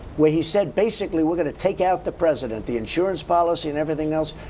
where he said, basically we're going to take out the president, the insurance policy and everything else,